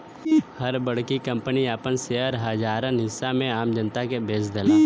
हर बड़की कंपनी आपन शेयर के हजारन हिस्सा में आम जनता मे बेच देला